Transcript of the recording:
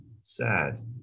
sad